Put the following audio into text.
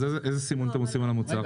איזה סימון אתם עושים על המוצר?